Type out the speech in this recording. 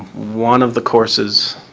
one of the courses